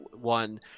one